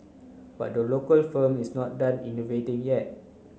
but the local firm is not done innovating yet